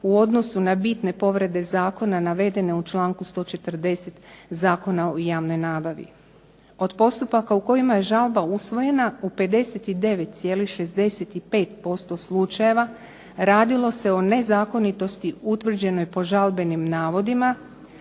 u odnosu na bitne povrede zakona navedene u čl. 140. Zakona o javnoj nabavi. Od postupaka u kojima je žalba usvojena u 59,65% slučajeva radilo se o nezakonitosti utvrđenoj po žalbenim navodima,